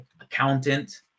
accountant